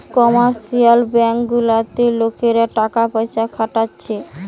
commercial bank গুলাতে লোকরা টাকা পয়সা খাটাচ্ছে